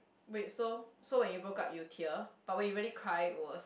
wait so so when you broke up you tear but when you really cry was